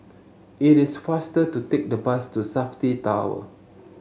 it is faster to take the bus to Safti Tower